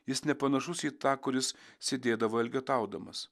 jis nepanašus į tą kuris sėdėdavo elgetaudamas